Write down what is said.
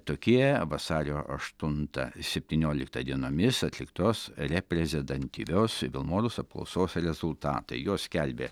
tokie vasario aštuntą septynioliktą dienomis atliktos reprezentatyvios vilmorus apklausos rezultatai juos skelbia